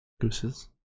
Gooses